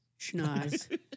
Schnoz